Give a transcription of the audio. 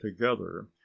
together